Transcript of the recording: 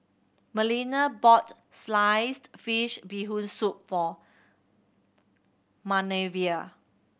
Melina bought sliced fish Bee Hoon Soup for Manervia